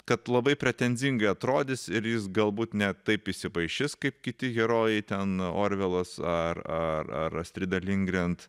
kad labai pretenzingai atrodys ir jis galbūt ne taip isipaišis kaip kiti herojai ten orvelas ar astrida lindgrent